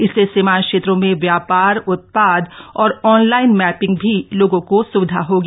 इससे सीमांत क्षेत्रों में व्यापार उत्पाद और ऑनलाइन मैपिंग में भी लोगों को सुविधा होगी